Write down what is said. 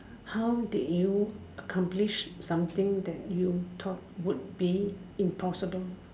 how did you accomplish something that you thought would be impossible